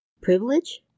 Privilege